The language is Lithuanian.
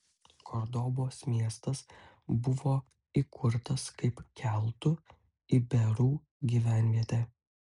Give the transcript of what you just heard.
kordobos miestas buvo įkurtas kaip keltų iberų gyvenvietė